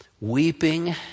weeping